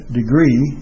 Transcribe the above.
degree